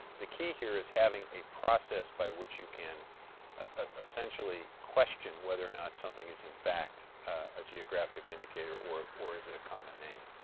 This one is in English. the key here is having a process by which you can ah essentially question whether or not something is in fact a geographic indicator or or is it a common name.